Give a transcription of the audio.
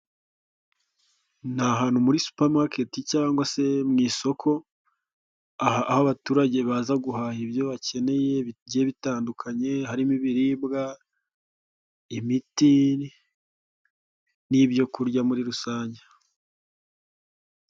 Ni ahantu muri supamaketi cyangwa se mu isoko, aho abaturage baza guhaha ibyo bakeneye bigiye bitandukanye, harimo ibiribwa, imiti n'ibyo kurya muri rusange.